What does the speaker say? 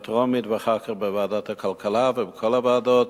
טרומית ואחר כך בוועדת הכלכלה ובכל הוועדות,